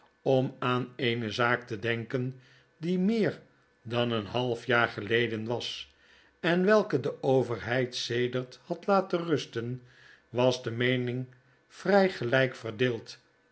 om aan eene zaak te denken die meer dan een half jaar geleden was en welke de overheid sedert had laten rusten was de meening vrij geljjk verdeeld